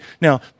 Now